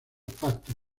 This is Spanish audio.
pastos